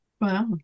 Wow